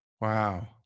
Wow